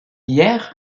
hier